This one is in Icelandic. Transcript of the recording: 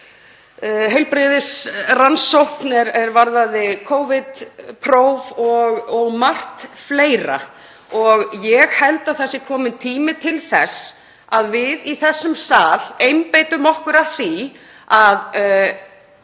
heilbrigðisrannsókn er varðaði Covid-próf og margt fleira. Ég held að það sé kominn tími til að við í þessum sal einbeitum okkur að því að